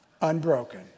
Unbroken